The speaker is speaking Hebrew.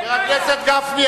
חבר הכנסת גפני,